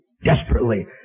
desperately